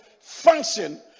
function